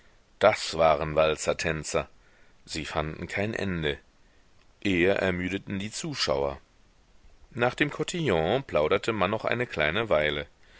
das waren walzertänzer sie fanden kein ende eher ermüdeten die zuschauer nach dem kotillon plauderte man noch eine kleine weile